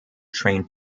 train